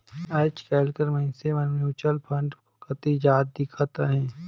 आएज काएल कर मइनसे मन म्युचुअल फंड कती जात दिखत अहें